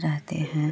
रहते हैं